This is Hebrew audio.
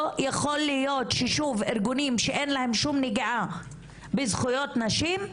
לא יכול להיות ששוב ארגונים שאין להם שום נגיעה בזכויות נשים,